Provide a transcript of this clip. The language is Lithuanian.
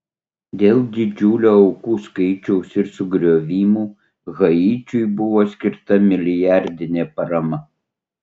dėl didžiulio aukų skaičiaus ir sugriovimų haičiui buvo skirta milijardinė parama